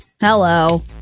Hello